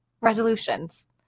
Resolutions